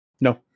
No